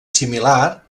similar